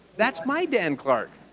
that's my dan clark.